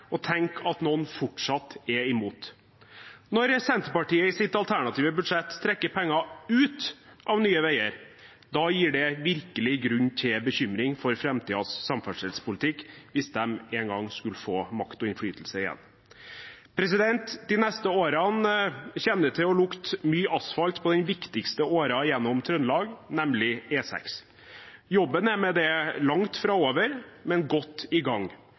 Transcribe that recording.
og tenk at noen fortsatt er imot! Når Senterpartiet i sitt alternative budsjett trekker penger ut av Nye veier, gir det virkelig grunn til bekymring for framtidens samferdselspolitikk hvis de en gang skulle få makt og innflytelse igjen. De neste årene kommer det til å lukte mye asfalt på den viktigste åren gjennom Trøndelag, nemlig E6. Jobben er med det langt fra over, men godt i gang.